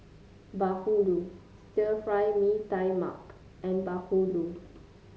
bahulu Stir Fry Mee Tai Mak and bahulu